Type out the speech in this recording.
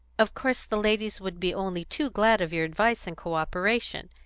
of course the ladies would be only too glad of your advice and co-operation.